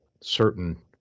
certain